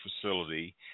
Facility